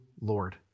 Lord